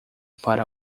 para